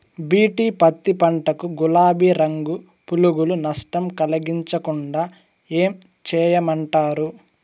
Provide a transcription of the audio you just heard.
BT పత్తి పంట కు, గులాబీ రంగు పులుగులు నష్టం కలిగించకుండా ఏం చేయమంటారు?